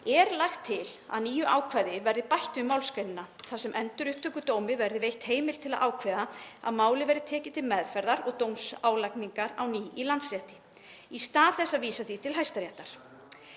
er lagt til að nýju ákvæði verði bætt við málsgreinina þar sem Endurupptökudómi verði veitt heimild til að ákveða að málið verði tekið til meðferðar og dómsálagningar á ný í Landsrétti í stað þess að vísa því til Hæstaréttar.